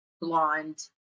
blonde